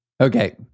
Okay